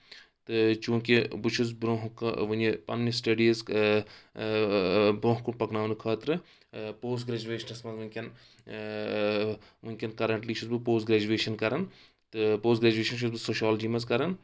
تہٕ چوٗنٛکہِ بہٕ چھُس برونٛہہ وُنہِ پننہِ سٹڈیٖز برونٛہہ کُن پَکناونہٕ خٲطرٕ پوسٹ گریجویشنس منٛز وٕنکیٚن وُنکیٚن کرنٹلی چھُس بہٕ پوسٹ گریجویشن کران تہٕ پوسٹ گریجویشن چھُس بہٕ سوشالجی منٛز کران